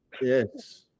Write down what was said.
Yes